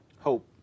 Hope